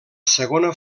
segona